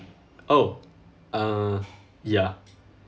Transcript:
oh uh ya